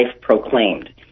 proclaimed